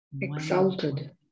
Exalted